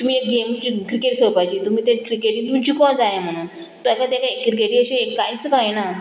तुमी एक game cricket खेळोपाची तुमी ते क्रिकेटी तुमी जिको जाय म्हणून ताका ते क्रिकेटी अशें कांयच कांय ना